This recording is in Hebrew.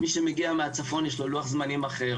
מי שמגיע מהצפון יש לו לוח זמנים אחר